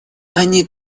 они